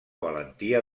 valentia